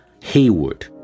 Haywood